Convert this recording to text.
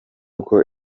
uko